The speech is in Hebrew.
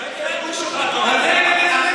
זאת ההסתייגות שלך, אדוני.